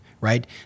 right